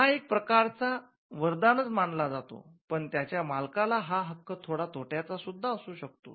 हा एक प्रकारचा वरदानच मानला जातो पण त्याच्या मालकाला हा हक्क थोडा तोट्याचा सुद्धा असू शकतो